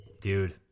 dude